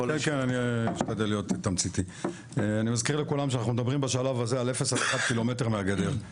אני מזכיר לכולם שאנחנו מדברים בשלב הזה על 0-1 קילומטר מהגדר.